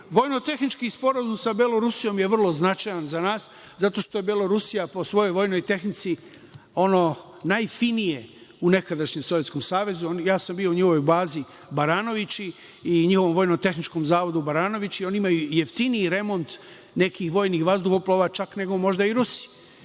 narodu. Vojno-tehnički sporazum sa Belorusijom je vrlo značajan za nas, zato što je Belorusija, po svojoj vojnoj tehnici najfinije u nekadašnjem Sovjetskom savezu. Bio sam u njihovoj bazi „Baranovići“ i njihovom vojno-tehničkom zavodu „Baranovići“, oni imaju jeftiniji remont nekih vojnih vazduhoplova, čak nego, možda i Rusi.